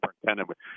superintendent